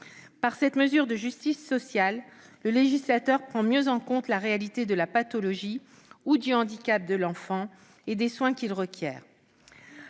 Par cette mesure de justice sociale, le législateur prend mieux en compte la réalité de la pathologie ou du handicap de l'enfant et des soins qu'il requiert.